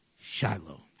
Shiloh